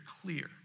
clear